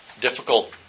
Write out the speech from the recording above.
difficult